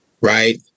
right